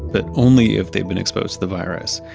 but only if they've been exposed to the virus.